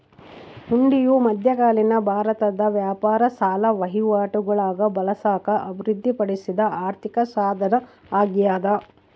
ಹುಂಡಿಯು ಮಧ್ಯಕಾಲೀನ ಭಾರತದ ವ್ಯಾಪಾರ ಸಾಲ ವಹಿವಾಟುಗುಳಾಗ ಬಳಸಾಕ ಅಭಿವೃದ್ಧಿಪಡಿಸಿದ ಆರ್ಥಿಕಸಾಧನ ಅಗ್ಯಾದ